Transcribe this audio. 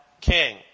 king